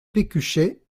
pécuchet